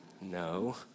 No